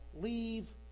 leave